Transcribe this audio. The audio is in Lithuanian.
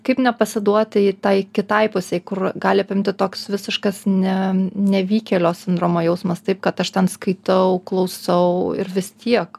kaip nepasiduoti tai kitai pusei kur gali apimti toks visiškas ne nevykėlio sindromo jausmas taip kad aš ten skaitau klausau ir vis tiek